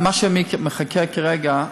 מה שמחכה כרגע,